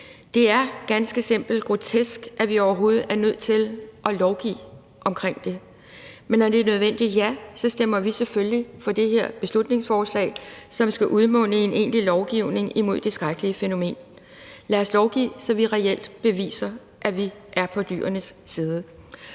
Det er ganske simpelt hen grotesk, at vi overhovedet er nødt til at lovgive omkring det, men når det er nødvendigt, ja, så stemmer vi selvfølgelig for det her beslutningsforslag, som skal udmunde i en egentlig lovgivning imod det skrækkelige fænomen. Lad os lovgive, så vi reelt beviser, at vi er på dyrenes side.